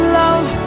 love